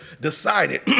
decided